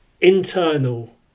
internal